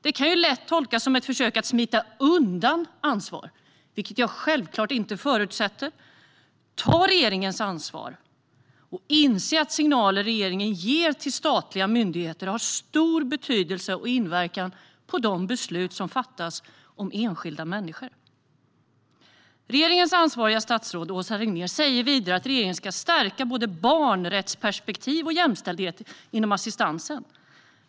Det kan lätt tolkas som ett försök att smita undan ansvar, vilket jag självklart inte förutsätter. Ta det ansvar som regeringen har och inse att de signaler som regeringen ger till statliga myndigheter har stor betydelse och inverkan på de beslut som fattas om enskilda människor! Regeringens ansvariga statsråd Åsa Regnér säger vidare att regeringen ska stärka både barnrättsperspektiv och jämställdhet inom assistansen.